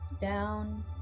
Down